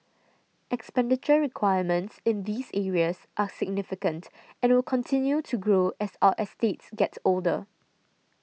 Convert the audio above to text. expenditure requirements in these areas are significant and will continue to grow as our estates get older